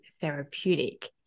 therapeutic